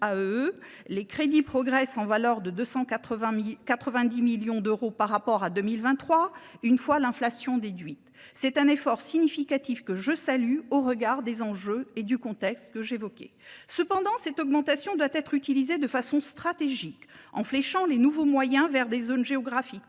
les crédits progressent en valeur de 290 millions d’euros par rapport à 2023, une fois l’inflation déduite. C’est un effort significatif que je salue, au regard des enjeux et du contexte que j’ai évoqués. Cependant, cette augmentation doit être utilisée de façon stratégique, en fléchant les nouveaux moyens vers des zones géographiques